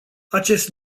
acest